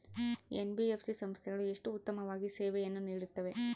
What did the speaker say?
NBFC ಸಂಸ್ಥೆಗಳು ಎಷ್ಟು ಉತ್ತಮವಾಗಿ ಸೇವೆಯನ್ನು ನೇಡುತ್ತವೆ?